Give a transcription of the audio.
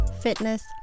fitness